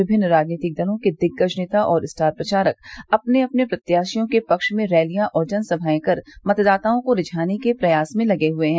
विभिन्न राजनीतिक दलों के दिग्गज नेता और स्टार प्रचारक अपने अपने प्रत्याशियों के पद्न में रैलियां और जनसभाएं कर मतदाताओं को रिझाने के प्रयास में लगे हए हैं